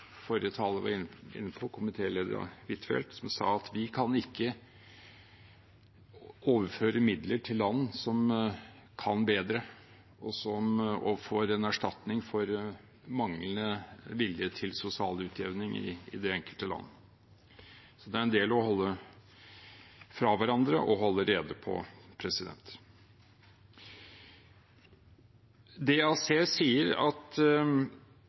forrige taler var inne på, komitéleder Huitfeldt, som sa at vi kan ikke overføre midler til land som kan bedre, og som får en erstatning for manglende vilje til sosial utjevning i det enkelte land. Det er en del å holde fra hverandre og holde rede på. DAC sier at norsk utviklingspolitikk i det store og hele er meget vellykket. Men det betyr ikke at